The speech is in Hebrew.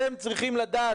אתם צריכים לדעת.